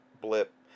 blip